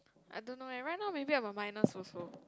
I don't know eh right now maybe I'm a minus also